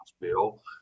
bill